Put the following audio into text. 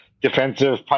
defensive